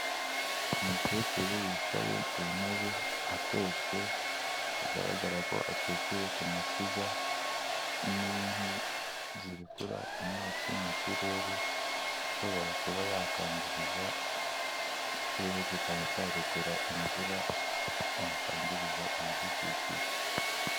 Umukecuru wicaye ku ntebe atetse bigaragara ko atekeye ku mashyiga n'inkwi zirekura imyotsi mu kirere, ishobora kuba yakangiriza ikirere kikaba cyarekura imvura yakangiza ibidukikije.